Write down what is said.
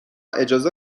اجازه